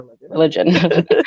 religion